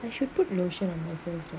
I should put lotion on myself